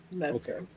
Okay